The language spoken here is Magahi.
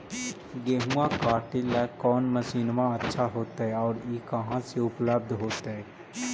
गेहुआ काटेला कौन मशीनमा अच्छा होतई और ई कहा से उपल्ब्ध होतई?